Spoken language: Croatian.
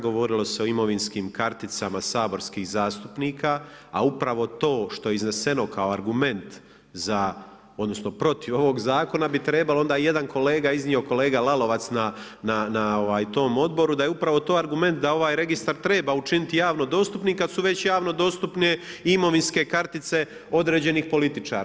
Govorilo se o imovinskim karticama saborskih zastupnika, a upravo to što je izneseno kao argument za, odnosno protiv ovog Zakona bi trebalo onda, jedan kolega je iznio, kolega Lalovac na tom Odboru, da je upravo to argument da ovaj Registar treba učiniti javno dostupnim kad su već javno dostupne i imovinske kartice određenih političara.